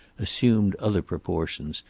assumed other proportions,